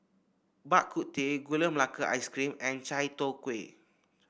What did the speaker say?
Bak Kut Teh Gula Melaka Ice Cream and Chai Tow Kway